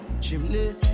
Chimney